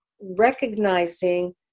recognizing